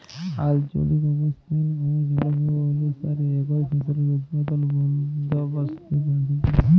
আলচলিক অবস্থাল অ জলবায়ু অলুসারে একই ফসলের উৎপাদল বলদবস্তে পার্থক্য দ্যাখা যায়